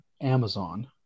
Amazon